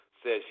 says